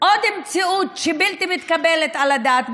עוד מציאות שהיא בלתי מתקבלת על הדעת,